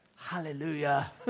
Hallelujah